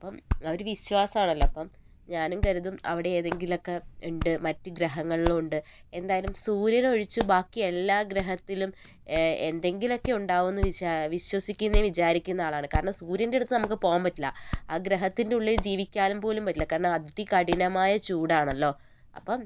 അപ്പം അതൊരു വിശ്വാസമാണല്ലോ അപ്പോൾ ഞാനും കരുതും അവിടെ ഏതെങ്കിലും ഒക്കെ ഉണ്ട് മറ്റ് ഗ്രഹങ്ങളിലും ഉണ്ട് എന്തായാലും സൂര്യനൊഴിച്ച് ബാക്കിയെല്ലാ ഗ്രഹത്തിലും എന്തെങ്കിലുമൊക്കെ ഉണ്ടാവുംന്ന് വിചാരിക്കും വിശ്വസിക്കുന്നേം വിചാരിക്കുന്നേം ആളാണ് കാരണം സൂര്യൻ്റെ അടുത്ത് നമുക്ക് പോകാൻ പറ്റില്ല ആഗ്രഹത്തിൻ്റുള്ളിൽ ജീവിക്കാൻ പോലും പറ്റില്ല കാരണം അതികഠിനമായ ചൂടാണല്ലോ അപ്പം